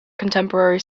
contemporary